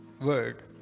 word